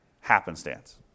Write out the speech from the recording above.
happenstance